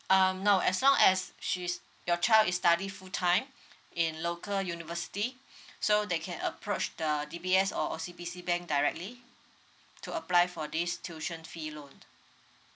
um no as long as she's your child is study full time in local university so they can approach the D_B_S or O_C_B_C bank directly to apply for this tuition fee loan